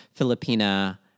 Filipina